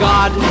God